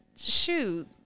shoot